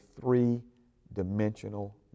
three-dimensional